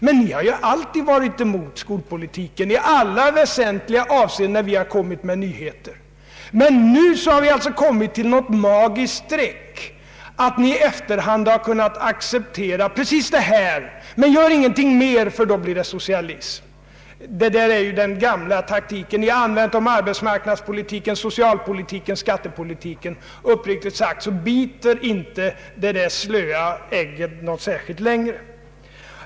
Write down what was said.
Herr Wallmark, ni har ju alltid i alla väsentliga avseenden varit emot våra förslag när vi velat införa nyheter. Nu skulle ni alltså ha kommit till något slags magiskt streck, där ni i efterhand kunnat acceptera de reformer som genomförts men varnar och säger: Gör ingenting mer, för då blir det socialism. Det där är ju den gamla taktiken, den som ni använt om arbetsmarknadspolitiken, socialpolitiken och skattepolitiken. Uppriktigt sagt biter inte den slöa eggen längre.